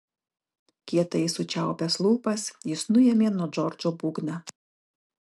kietai sučiaupęs lūpas jis nuėmė nuo džordžo būgną